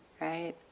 right